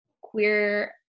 queer